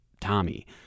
Tommy—